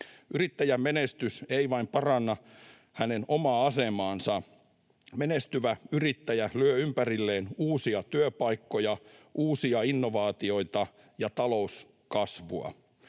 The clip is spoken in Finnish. Yrittäjän menestys ei vain paranna hänen omaa asemaansa, vaan menestyvä yrittäjä luo ympärilleen uusia työpaikkoja, uusia innovaatioita ja talouskasvua.